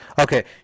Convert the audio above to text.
Okay